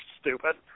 stupid